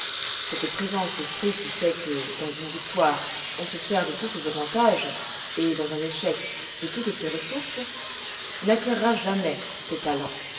cette présence d'esprit qui fait que dans une victoire on se sert de tous ses avantages et dans un échec de toutes ses ressources n'acquerra jamais ces talents